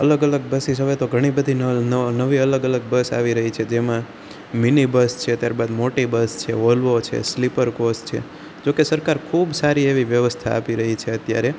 અલગ અલગ બસ હવે તો ઘણી બધી નવી અલગ અલગ બસ આવી રહી છે જેમાં મીની બસ છે ત્યારબાદ મોટી બસ છે વોલ્વો છે સ્લીપર કોચ છે જો કે સરકાર ખૂબ સારી એવી વ્યવસ્થા આપી રહી છે અત્યારે